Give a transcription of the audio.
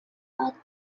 back